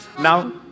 Now